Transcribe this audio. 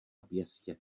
pěstě